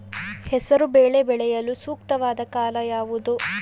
ಹೆಸರು ಬೇಳೆ ಬೆಳೆಯಲು ಸೂಕ್ತವಾದ ಕಾಲ ಯಾವುದು?